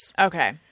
Okay